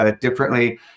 differently